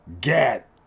get